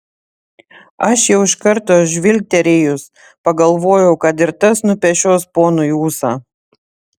aš jau iš karto žvilgterėjus pagalvojau kad ir tas nupešios ponui ūsą